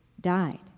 died